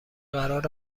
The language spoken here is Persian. قرار